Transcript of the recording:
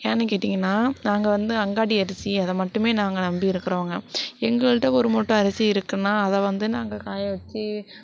ஏன்னு கேட்டீங்கனா நாங்கள் வந்து அங்காடி அரிசி அதைமட்டுமே நாங்க நம்பி இருக்கிறவுங்க எங்கள்ட ஒரு மூட்டை அரிசி இருக்குனா அதை வந்து நாங்கள் காய வச்சு